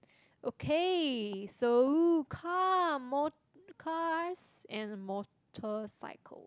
okay so come more cars and motorcycle